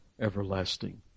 everlasting